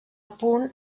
punt